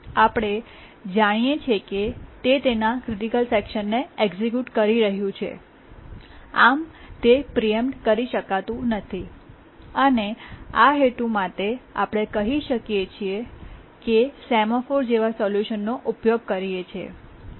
આપણે જાણીએ છીએ કે તે તેના ક્રિટિકલ સેકશનને એક્સિક્યૂટ કરી રહ્યું છે આમ તે પ્રીએમ્પ્ટ કરી શકાતું નથી અને આ હેતુ માટે આપણે કહી શકીએ કે આપણે સેમાફોર જેવા સોલ્યુશનનો ઉપયોગ કરીએ છીએ